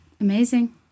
Amazing